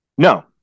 No